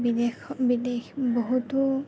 বিদেশ বিদেশ বহুতো